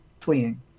fleeing